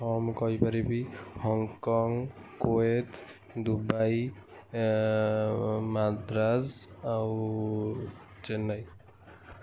ହଁ ମୁଁ କହିପାରିବି ହଂକଂ କୁଏତ ଦୁବାଇ ମାଦ୍ରାସ ଆଉ ଚେନ୍ନାଇ